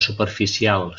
superficial